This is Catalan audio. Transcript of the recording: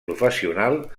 professional